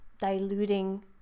diluting